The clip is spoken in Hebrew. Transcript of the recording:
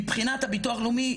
מבחינת הביטוח לאומי,